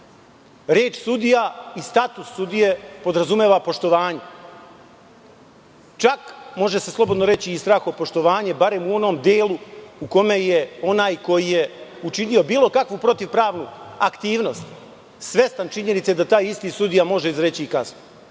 Reč sudija i status sudije podrazumeva poštovanje. Čak, može se slobodno reći, i strahopoštovanje, barem u onom delu u kome je onaj koji je učinio bilo kakvu protivpravnu aktivnost svestan činjenice da taj isti sudija može izreći i kaznu.